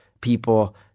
people